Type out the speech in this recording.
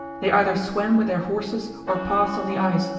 they either swam with their horses or passed on the ice,